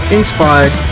inspired